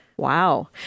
Wow